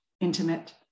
intimate